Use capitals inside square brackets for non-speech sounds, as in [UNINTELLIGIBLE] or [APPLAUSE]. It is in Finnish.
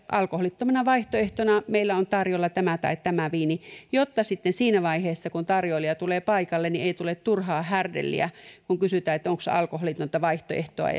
alkoholittomana vaihtoehtona meillä on tarjolla tämä tai tämä viini jotta sitten siinä vaiheessa kun tarjoilija tulee paikalle ei tule turhaa härdelliä kun kysytään onko alkoholitonta vaihtoehtoa [UNINTELLIGIBLE]